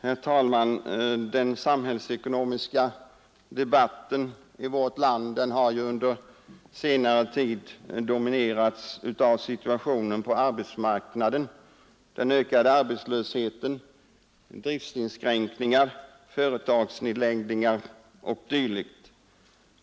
Herr talman! Den samhällsekonomiska debatten i vårt land har ju under senare tid dominerats av situationen på arbetsmarknaden, den ökade arbetslösheten, driftsinskränkningar, företagsnedläggningar o. d.